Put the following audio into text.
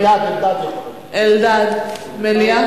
אלדד, אלדד, אלדד, מליאה?